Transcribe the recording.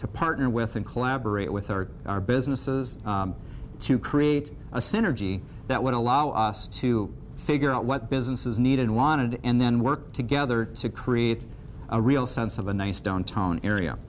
to partner with and collaborate with our businesses to create a synergy that would allow us to figure out what businesses need and wanted and then work together to create a real sense of a nice downtown area